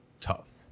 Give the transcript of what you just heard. tough